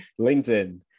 LinkedIn